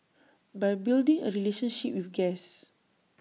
by building A relationship with guests